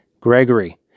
Gregory